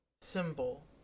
symbol